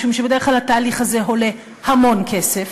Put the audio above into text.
משום שבדרך כלל התהליך הזה עולה המון כסף,